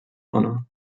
honor